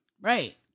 Right